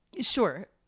Sure